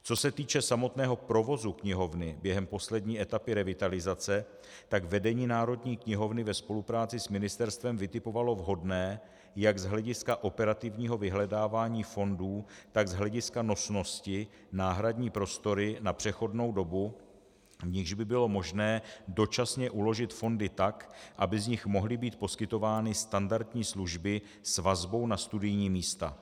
Co se týče samotného provozu knihovny během poslední etapy revitalizace, tak vedení Národní knihovny ve spolupráci s Ministerstvem vytipovalo vhodné jak z hlediska operativního vyhledávání fondů, tak z hlediska nosnosti náhradní prostory na přechodnou dobu, v nichž by bylo možné dočasně uložit fondy tak, aby z nich mohly být poskytovány standardní služby s vazbou na studijní místa.